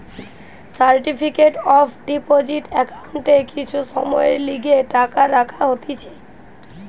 certificate of deposit একাউন্টে কিছু সময়ের লিগে টাকা রাখা হতিছে